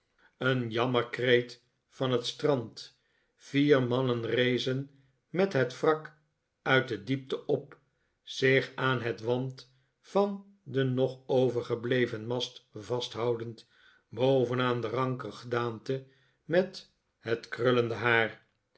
een jammerkreet van het strand vier mannen rezen met het wrak uit de diepte op zich aan het want van den nog overgebleven mast vasthoudend bovenaan de ranke gedaante met het krullende haar